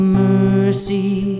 mercy